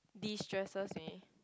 destresses me